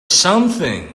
something